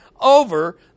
over